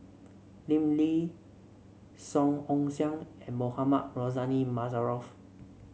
Lim Lee Song Ong Siang and Mohamed Rozani Maarof